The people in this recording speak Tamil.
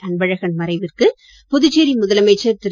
அன்பழகன் மறைவிற்கு புதுச்சேரி முதலமைச்சர் திரு